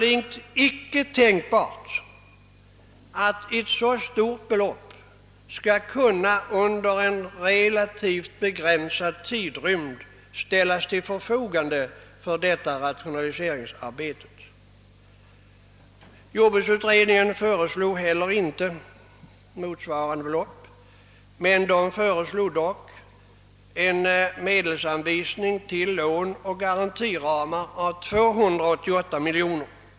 Det är knappast tänkbart att ett så stort belopp skall kunna ställas till förfogande för detta rationaliseringsarbete under denna relativt begränsade tidrymd. Jordbruksutredningen föreslog heller inte motsvarande belopp, men den föreslog en medelsanvisning till låneoch garantiramar av 288 miljoner kronor.